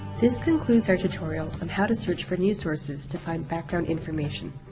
this concludes our tutorial on how to search for news sources to find background information.